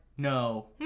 No